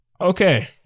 Okay